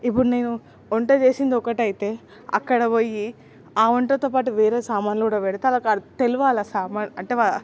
ఇపుడు నేను వంట చేసిందొకటయితే అక్కడ బోయి ఆ వంటతో పాటు వేరే సామానులు కూడా పెడితే వాళ్లకు తెలవాల ఆ సామానులు అంటే వా